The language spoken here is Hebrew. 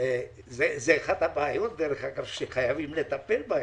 זו אחת הבעיות שחייבים לטפל בהם,